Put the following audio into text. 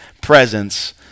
presence